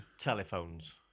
Telephones